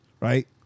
right